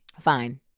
Fine